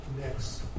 next